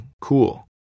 cool